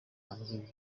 wanjye